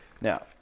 Now